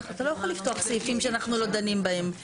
אתה לא יכול לפתוח סעיפים שאנחנו לא דנים בהם.